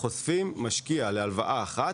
חושפים משקיע להלוואה אחת,